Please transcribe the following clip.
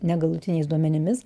negalutiniais duomenimis